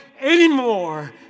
anymore